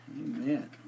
Amen